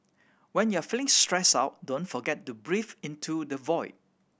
when you are feeling stressed out don't forget to breathe into the void